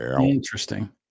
Interesting